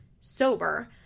sober